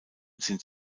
sind